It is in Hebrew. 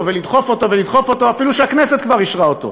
ולדחוף אותו ולדחוף אותו אפילו כשהכנסת כבר אישרה אותו.